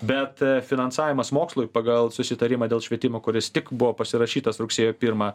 bet finansavimas mokslui pagal susitarimą dėl švietimo kuris tik buvo pasirašytas rugsėjo pirmą